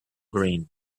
green